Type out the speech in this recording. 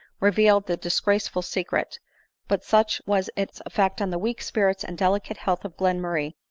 revealed the disgraceful secret but such was its effect on the weak spirits and delicate health of glenmurray,